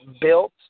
built